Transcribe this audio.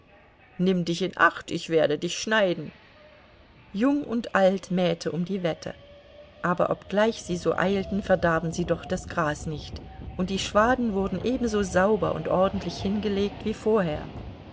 nimm dich in acht ich werde dich schneiden jung und alt mähte um die wette aber obgleich sie so eilten verdarben sie doch das gras nicht und die schwaden wurden ebenso sauber und ordentlich hingelegt wie vorher